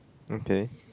okay